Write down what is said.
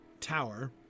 tower